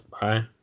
Bye